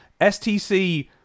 STC